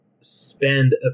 spend